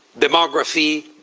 demography,